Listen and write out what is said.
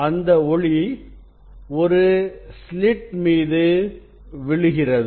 அந்த ஒளி ஒரு ஸ்லிட் மீது விழுகிறது